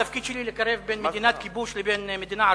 התפקיד שלי לקרב בין מדינת כיבוש לבין מדינה ערבית?